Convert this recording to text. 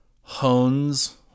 hones